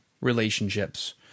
relationships